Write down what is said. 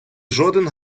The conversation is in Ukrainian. жоден